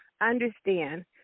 understand